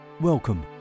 Welcome